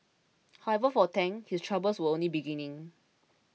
however for Tang his troubles were only beginning